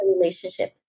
relationship